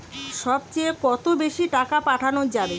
সব চেয়ে কত বেশি টাকা পাঠানো যাবে?